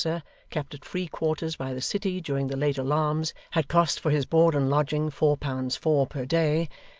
kept at free quarters by the city during the late alarms, had cost for his board and lodging four pounds four per day,